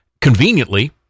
conveniently